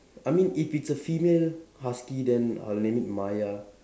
I mean if it's a female husky then I'll name it Maya